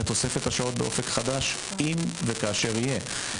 בתוספת השעות באופק חדש אם וכאשר יהיה.